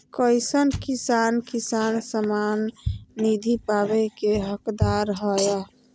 कईसन किसान किसान सम्मान निधि पावे के हकदार हय?